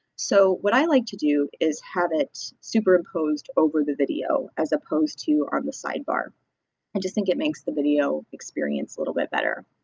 so what i like to do is have it superimposed over the video as opposed to on the sidebar. i just think it makes the video experience a little bit better.